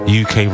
uk